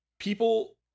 People